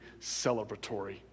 celebratory